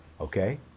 Okay